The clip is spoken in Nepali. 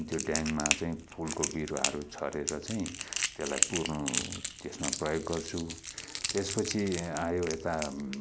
त्यो ढ्याङमा चाहिँ फुलको बिरुवाहरू छरेर चाहिँ त्यसलाई पुर्नु त्यसमा प्रयोग गर्छु त्यसपछि आयो यता